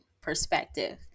Perspective